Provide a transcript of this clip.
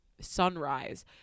sunrise